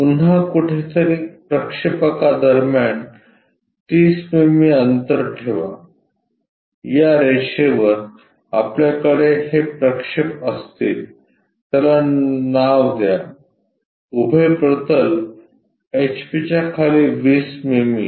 पुन्हा कुठेतरी प्रक्षेपकादरम्यान 30 मिमी अंतर ठेवा या रेषे वर आपल्याकडे हे प्रक्षेप असतील त्याला नाव द्या उभे प्रतल एचपीच्या खाली 20 मिमी